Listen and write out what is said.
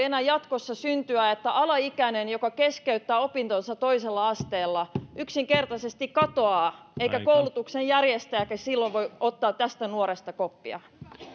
enää jatkossa syntyä että alaikäinen joka keskeyttää opintonsa toisella asteella yksinkertaisesti katoaa eikä koulutuksen järjestäjäkään silloin voi ottaa tästä nuoresta koppia